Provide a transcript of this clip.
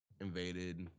invaded